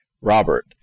Robert